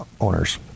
owners